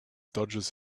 dodges